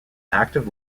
active